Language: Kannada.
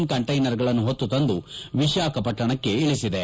ನ್ ಕಂಟ್ನೆನರ್ಗಳನ್ನು ಹೊತ್ತುತಂದು ವಿಶಾಖಪಟ್ಟಣಕ್ಕೆ ಇಳಿಸಿದೆ